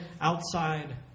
outside